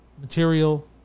material